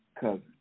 cousin